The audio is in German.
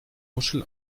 muschel